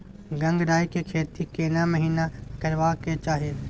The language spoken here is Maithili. गंगराय के खेती केना महिना करबा के चाही?